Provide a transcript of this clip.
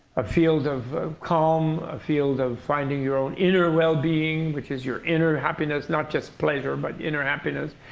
a field of calm, a field of finding your own inner well-being, which is your inner happiness not just pleasure, but inner happiness.